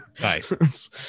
nice